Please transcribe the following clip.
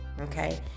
Okay